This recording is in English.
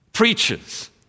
Preachers